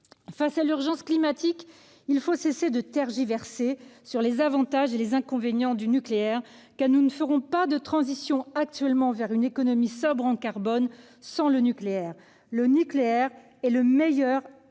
Face à l'urgence climatique, il faut cesser de tergiverser sur les avantages et les inconvénients du nucléaire, car nous n'accomplirons pas la transition actuelle vers une économie sobre en carbone sans le nucléaire : celui-ci est le meilleur allié